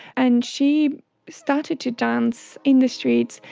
and she started to dance in the streets,